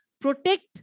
protect